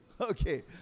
Okay